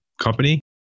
company